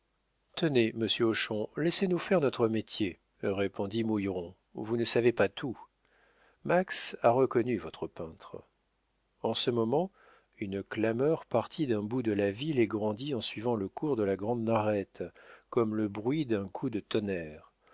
tenez monsieur hochon laissez-nous faire notre métier répondit mouilleron vous ne savez pas tout max a reconnu votre peintre en ce moment une clameur partit du bout de la ville et grandit en suivant le cours de la grande narette comme le bruit d'un coup de tonnerre